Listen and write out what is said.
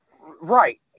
Right